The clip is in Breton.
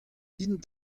int